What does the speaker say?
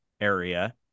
area